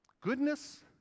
Goodness